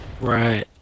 Right